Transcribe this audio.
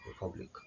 republic